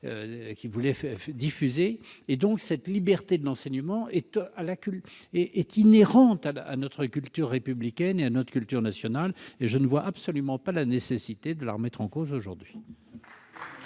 raison de le dire. Cette liberté de l'enseignement est donc inhérente à notre culture républicaine et à notre culture nationale. Je ne vois absolument pas la nécessité de la remettre en cause aujourd'hui.